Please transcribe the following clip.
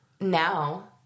Now